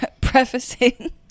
Prefacing